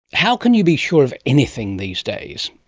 how can you be sure of anything these days?